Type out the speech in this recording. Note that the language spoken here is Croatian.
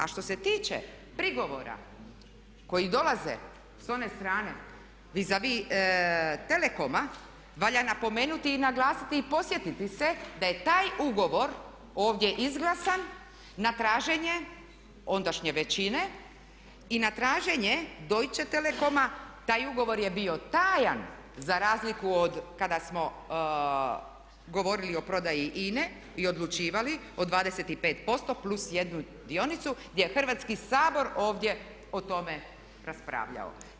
A što se tiče prigovora koji dolaze s one strane vis a vis Telekoma, valja napomenuti i naglasiti i podsjetiti se da je taj ugovor ovdje izglasan na traženje ondašnje većine i da traženje Deutsche Telekoma taj ugovor je bio tajan za razliku od kada smo govorili o prodaji INA-e i odlučivali o 25% plus 1 dionicu gdje je Hrvatski sabor ovdje o tome raspravljao.